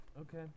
Okay